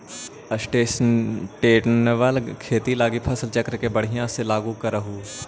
sustainable खेती लागी फसल चक्र के बढ़ियाँ से लागू करहूँ